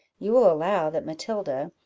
you will allow that matilda,